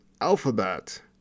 Alphabet